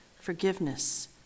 forgiveness